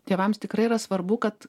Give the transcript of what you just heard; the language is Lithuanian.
tėvams tikrai yra svarbu kad